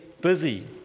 busy